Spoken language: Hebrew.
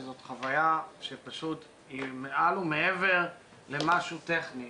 וזאת חוויה שפשוט היא מעל ומעבר למשהו טכני,